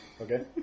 Okay